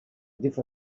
differ